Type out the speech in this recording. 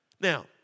Now